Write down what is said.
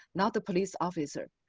not the police officer.